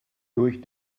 durch